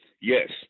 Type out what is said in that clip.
Yes